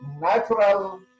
natural